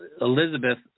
Elizabeth